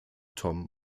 tom